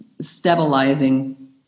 stabilizing